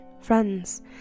friends